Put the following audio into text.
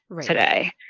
today